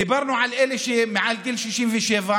דיברנו על אלה שמעל גיל 67,